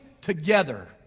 together